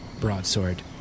broadsword